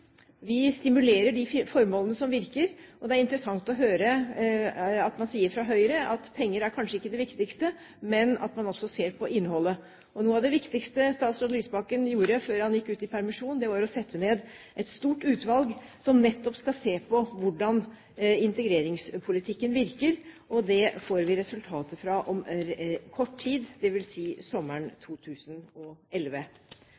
Vi stimulerer de formålene som virker, og det er interessant å høre at man i Høyre sier at penger kanskje er ikke det viktigste, men at man også ser på innholdet. Noe av det viktigste statsråd Lysbakken gjorde før han gikk ut i permisjon, var å sette ned et stort utvalg som nettopp skal se på hvordan integreringspolitikken virker, og det får vi resultater fra om kort tid, dvs. sommeren